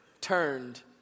Turned